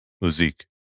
musique